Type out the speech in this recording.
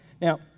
Now